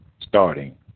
starting